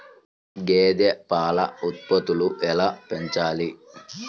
గేదె పాల ఉత్పత్తులు ఎలా పెంచాలి?